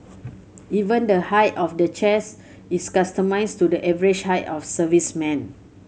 even the height of the chairs is customised to the average height of servicemen